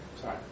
Sorry